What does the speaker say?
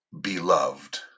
beloved